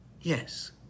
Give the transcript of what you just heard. Yes